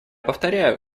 повторяю